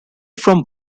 from